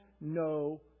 no